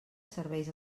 serveis